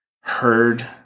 heard